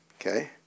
okay